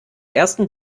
ersten